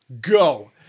go